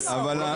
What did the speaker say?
בסדר.